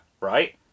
right